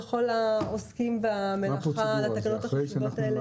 לכל העוסקים במלאכה על התקנות החשובות האלה.